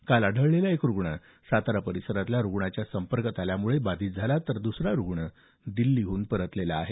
काल आढळलेला एक रुग्ण सातारा परिसरातल्या रुग्णाच्या संपर्कात आल्यामुळे बाधित झाला तर दुसरा रुग्ण दिल्लीहून परतलेला आहे